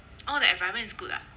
oh the environment is good ah